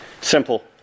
simple